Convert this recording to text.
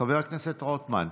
חבר הכנסת רוטמן,